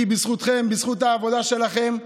כי בזכותכם, בזכות העבודה שלכם,